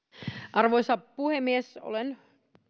arvoisa puhemies olen